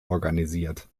organisiert